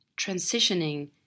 transitioning